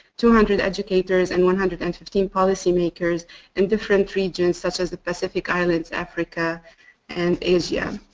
two hundred educators and one hundred and fifteen policy makers in different regions such as the pacific islands, africa and asia.